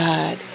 God